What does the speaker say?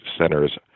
centers